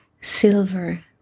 silver